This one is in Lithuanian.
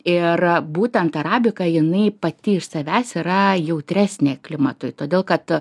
ir būtent arabika jinai pati iš savęs yra jautresnė klimatui todėl kad